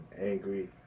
angry